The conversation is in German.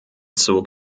zog